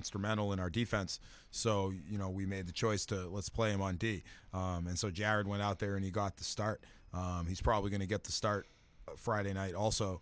instrumental in our defense so you know we made the choice to let's play monday and so jared went out there and he got the start he's probably going to get the start friday night also